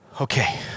okay